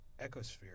ecosphere